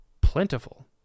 plentiful